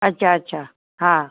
अच्छा अच्छा हा